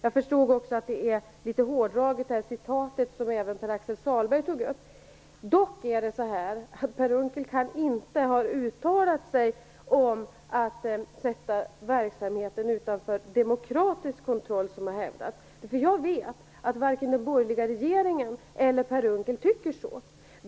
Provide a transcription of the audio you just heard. Jag förstod också att citatet, som även Pär-Axel Sahlberg tog upp, är litet hårdraget. Per Unckel kan dock inte ha uttalat sig om att sätta verksamheten utanför demokratisk kontroll, vilket har hävdats. Jag vet att varken Per Unckel eller någon av de andra som satt i den borgerliga regeringen tycker så.